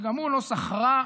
שגם הוא נוסח רע,